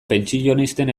pentsionisten